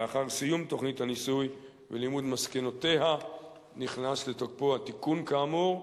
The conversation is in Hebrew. לאחר סיום תוכנית הניסוי ולימוד מסקנותיה נכנס לתוקפו התיקון כאמור,